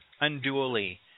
unduly –